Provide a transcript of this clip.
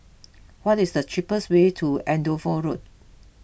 what is the cheapest way to Andover Road